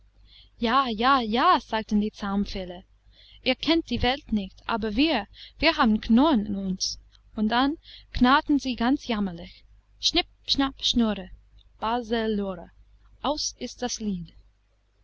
ja ja ja sagten die zaunpfähle ihr kennt die welt nicht aber wir wir haben knorren in uns und dann knarrten sie ganz jämmerlich schnipp schnapp schnurre baselurre aus ist das lied